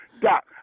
Doc